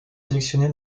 sélectionné